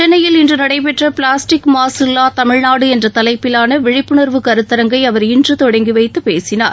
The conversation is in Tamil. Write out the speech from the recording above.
சென்னையில் இன்று நடைபெற்ற பிளாஸ்டிக் மாசு இல்லா தமிழ்நாடு என்ற தலைப்பிலான விழிப்புணர்வு கருத்தரங்டிகை அவர் இன்று தொடங்கி வைத்து பேசினார்